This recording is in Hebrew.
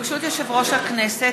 ברשות יושב-ראש הכנסת,